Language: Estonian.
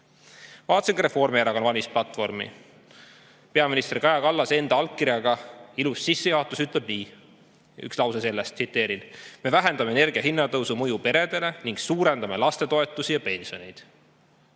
Vaatasin ka Reformierakonna valimisplatvormi. Peaminister Kaja Kallase enda allkirjaga ilus sissejuhatus ütleb nii. Üks lause sellest, tsiteerin: "Me vähendame energia hinnatõusu mõju peredele ning suurendame lastetoetusi ja pensioneid."